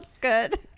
good